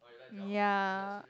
ya